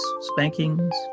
Spankings